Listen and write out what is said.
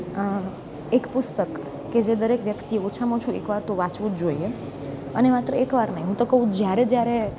આ એક પુસ્તક કે જે દરેક વ્યક્તિએ ઓછામાં ઓછું એક વાર તો વાંચવું જ જોઈએ અને માત્ર એક વાર નહીં હું તો કહું જ્યારે જ્યારે